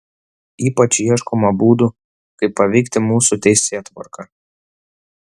ypač ieškoma būdų kaip paveikti mūsų teisėtvarką